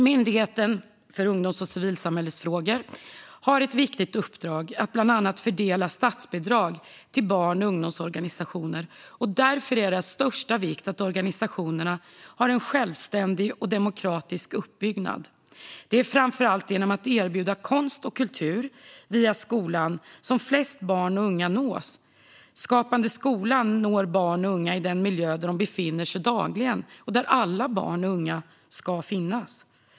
Myndigheten för ungdoms och civilsamhällesfrågor har ett viktigt uppdrag att bland annat fördela statsbidrag till barn och ungdomsorganisationer. Det är därför av största vikt att organisationerna har en självständig och demokratisk uppbyggnad. Det är framför allt genom att man erbjuder konst och kultur via skolan som barn och unga nås. Skapande skola når barn och unga i den miljö där de befinner sig dagligen och där alla barn och unga ska finnas.